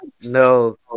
No